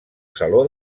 saló